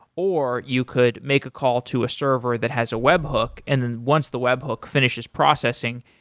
or you could make a call to a server that has a webhook, and then once the webhook finishes processing,